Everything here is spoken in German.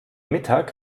mittag